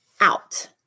out